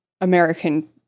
American